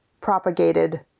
propagated